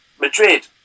Madrid